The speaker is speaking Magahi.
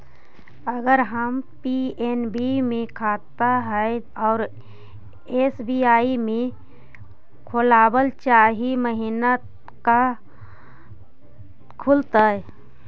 अगर हमर पी.एन.बी मे खाता है और एस.बी.आई में खोलाबल चाह महिना त का खुलतै?